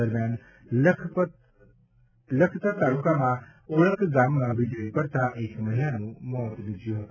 દરમ્યાન લખતર તાલુકાના ઓળક ગામમાં વિજળી પડતા એક મહિલાનું મોત નિપજ્યું છે